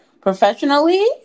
professionally